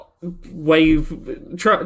wave